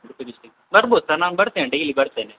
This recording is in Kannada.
ಉಡುಪಿ ಡಿಸ್ಟ್ರಿಕ್ಟ್ ಬರ್ಬೊದು ಸರ್ ನಾನು ಬರ್ತೇನೆ ಡೈಲಿ ಬರ್ತೇನೆ